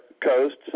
coasts